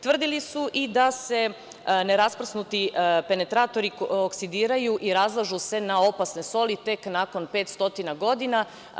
Tvrdili su da se nerasprsnuti penatratori oksidiraju i razlažu se na opasne soli tek nakon 500 godina.